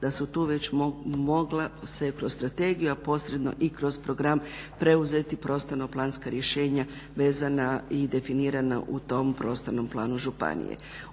da su tu već mogla se kroz strategiju a posredno i kroz program preuzeti prostornoplanska rješenja vezana i definirana u tom prostornom planu županije.